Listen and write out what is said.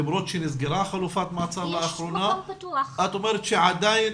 למרות שנסגרה חלופת מעצר לאחרונה את אומרת שעדיין